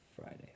Friday